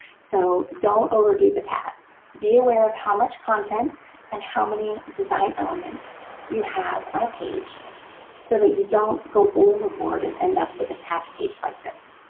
so don't overdue the tabs. be aware of how much content and how many design elements you have on a page so that you don't go overboard and end up with a tabbed page like this.